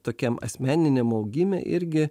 tokiam asmeniniam augime irgi